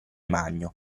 magno